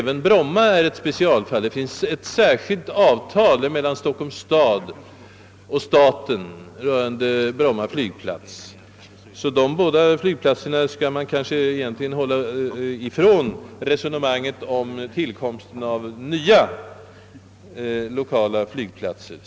Vad Bromma angår finns t.o.m. ett särskilt avtal mellan Stockholms stad och staten. Dessa båda flygplatser skall man därför egentligen hålla utanför resonemanget om tillkomsten av nya lokala flygplatser.